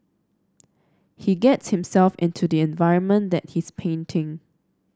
he gets himself into the environment that he's painting